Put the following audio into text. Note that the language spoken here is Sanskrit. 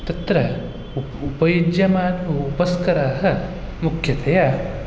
तत्र उप् उपयुज्यमात् उपस्कराः मुख्यतया